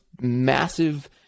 massive